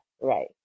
right